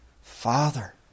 Father